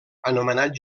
anomenat